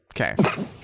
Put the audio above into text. Okay